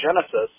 Genesis